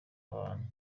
abantu